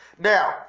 Now